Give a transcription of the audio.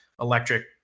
electric